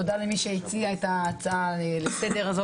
תודה למי שהציע את ההצעה הזו לסדר.